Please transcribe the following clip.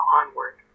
onward